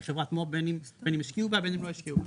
היא מו"פ בין אם השקיעו בה בין אם לא השקיעו בה,